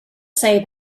say